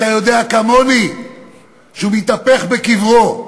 אתה יודע כמוני שהם מתהפכים בקברם,